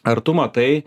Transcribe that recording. ar tu matai